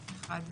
אחד.